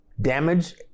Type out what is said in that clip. Damage